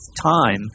time